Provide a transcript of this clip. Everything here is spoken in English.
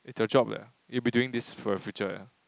it's your job leh you'll be doing this for your future eh